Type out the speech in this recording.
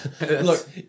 Look